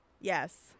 Yes